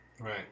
right